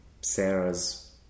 Sarah's